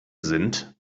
sind